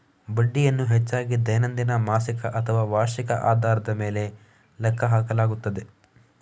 ಬಡ್ಡಿಯನ್ನು ಹೆಚ್ಚಾಗಿ ದೈನಂದಿನ, ಮಾಸಿಕ ಅಥವಾ ವಾರ್ಷಿಕ ಆಧಾರದ ಮೇಲೆ ಲೆಕ್ಕ ಹಾಕಲಾಗುತ್ತದೆ